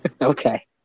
Okay